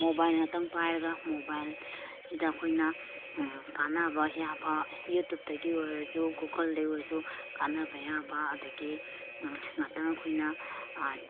mobile ꯉꯥꯛꯇꯪ ꯄꯥꯏꯔꯒ ꯃꯣꯕꯥꯏꯜꯁꯤꯗ ꯑꯩꯈꯣꯏꯅ ꯀꯥꯟꯅꯕ ꯌꯥꯕ ꯌꯨꯇꯨꯞꯇꯒꯤ ꯑꯣꯏꯔꯁꯨ ꯒꯨꯒꯜꯗꯩ ꯑꯣꯏꯔꯁꯨ ꯀꯥꯟꯅꯕ ꯌꯥꯕ ꯑꯗꯒꯤ ꯉꯥꯛꯇꯪ ꯑꯩꯈꯣꯏꯅ